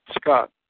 Scott